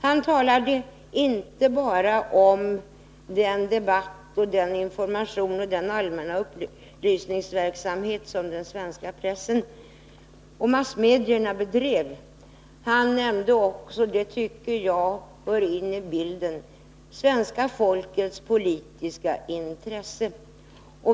Han talade inte bara om den Nr 36 debatt, den information och den allmänna upplysningsverksamhet som den Onsdagen den svenska pressen och övriga massmedier bedrev utan också om — och det 25 november 1981 tycker jag hör till bilden — svenska folkets politiska intresse.